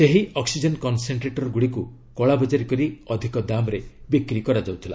ସେହି oxygen concentrator ଗୁଡ଼ିକୁ କଳାବଜାରୀ କରି ଅଧିକ ଦାମ୍ରେ ବିକ୍ରି କରାଯାଉଥିଲା